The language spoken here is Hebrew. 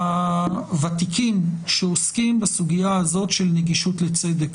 הוותיקים שעוסקים בסוגיה הזאת של נגישות לצדק,